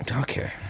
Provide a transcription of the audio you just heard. Okay